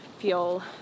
feel